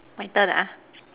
my turn ah